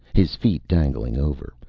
his feet dangling over,